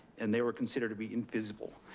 and they were considered to be unfeasible.